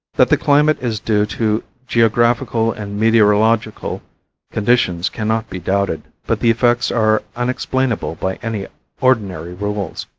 that the climate is due to geographical and meteorological conditions cannot be doubted, but the effects are unexplainable by any ordinary rules.